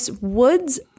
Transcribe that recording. Wood's